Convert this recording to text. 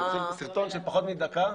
סרטון של פחות מדקה.